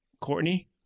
Courtney